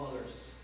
others